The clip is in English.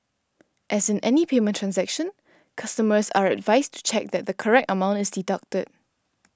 as in any payment transaction customers are advised to check that the correct amount is deducted